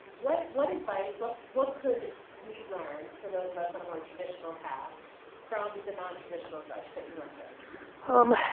what what advice, what what could we learn, for those of us on a more traditional path from the non-traditional folks that you work with?